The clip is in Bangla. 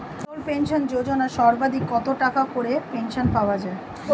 অটল পেনশন যোজনা সর্বাধিক কত টাকা করে পেনশন পাওয়া যায়?